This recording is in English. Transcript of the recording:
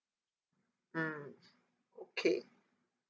mm okay